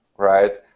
right